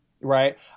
right